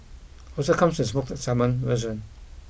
also comes with smoked salmon version